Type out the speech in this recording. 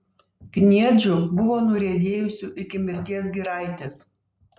kniedžių buvo nuriedėjusių iki mirties giraitės